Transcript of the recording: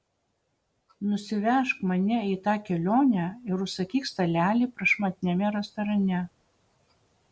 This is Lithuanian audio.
nusivežk mane į tą kelionę ir užsakyk stalelį prašmatniame restorane